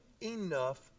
enough